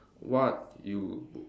what you